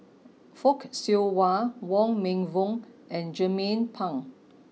Fock Siew Wah Wong Meng Voon and Jernnine Pang